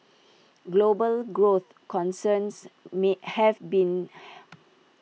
global growth concerns may have seen